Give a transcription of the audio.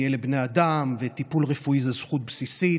כי אלה בני אדם וטיפול רפואי זה זכות בסיסית,